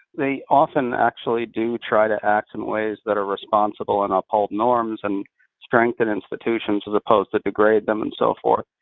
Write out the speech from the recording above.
they often actually do try to act in ways that are responsible and uphold norms and strengthen institutions as opposed to degrade them, and so forth.